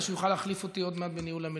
שיוכל להחליף אותי עוד מעט בניהול המליאה,